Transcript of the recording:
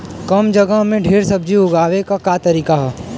कम जगह में ढेर सब्जी उगावे क का तरीका ह?